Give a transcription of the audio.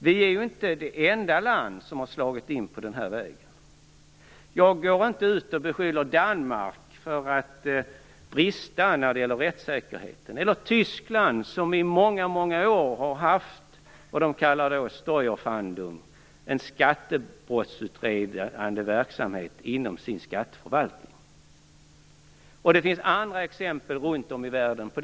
Vi är ju inte det enda land som har slagit in på den vägen. Jag beskyller inte Danmark för att ha bristande rättssäkerhet eller Tyskland som i många år har haft något som man kallar för Steuerfahndung, en skattebrottsutredande verksamhet inom sin skatteförvaltning. Det finns även andra exempel runt om i världen.